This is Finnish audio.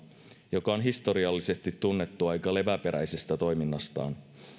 joka on historiallisesti tunnettu aika leväperäisestä toiminnastaan